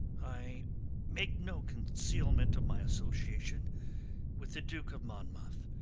i make no concealment of my association with the duke of monmouth.